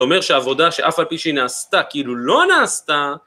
אומר שהעבודה שאף על פי שהיא נעשתה כאילו לא נעשתה.